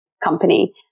company